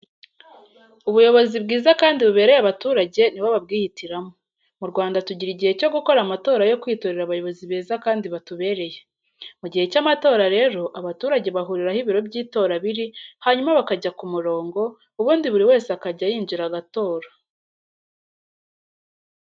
Ubuyobozi bwiza kandi bubereye abaturage ni bo babwihitiramo. Mu Rwanda tugira igihe cyo gukora amatora yo kwitorera abayobozi beza kandi batubereye. Mu gihe cy'amatora rero abaturage bahurira aho ibiro by'itora biri, hanyuma bakajya ku murongo, ubundi buri wese akajya yinjira agatora.